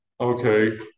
Okay